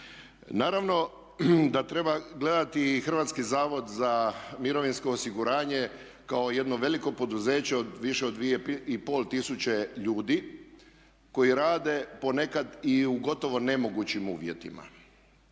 Naravno da treba gledati i HZMO kao jedno veliko poduzeće od više od 2,5 tisuće ljudi koji rade ponekad i u gotovo nemogućim uvjetima